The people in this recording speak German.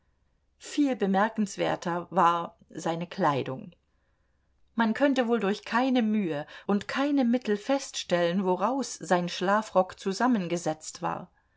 viel bemerkenswerter war seine kleidung man könnte wohl durch keine mühe und keine mittel feststellen woraus sein schlafrock zusammengesetzt war